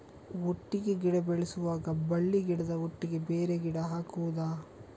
ಒಟ್ಟಿಗೆ ಗಿಡ ಬೆಳೆಸುವಾಗ ಬಳ್ಳಿ ಗಿಡದ ಒಟ್ಟಿಗೆ ಬೇರೆ ಗಿಡ ಹಾಕುದ?